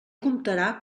comptarà